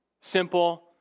simple